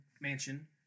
mansion